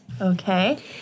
Okay